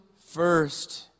first